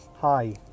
hi